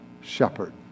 shepherd